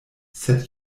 sed